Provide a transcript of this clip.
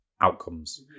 outcomes